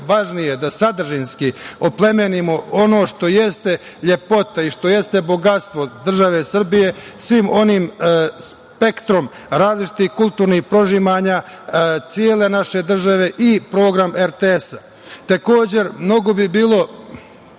važnije da sadržinski oplemenimo ono što jeste lepota i što jeste bogatstvo države Srbije, svim onim spektrom različitih kulturnih prožimanja cele naše države i program RTS.Takođe, mnogo bi bilo